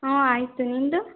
ಹ್ಞೂ ಆಯಿತು ನಿನ್ನದು